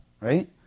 right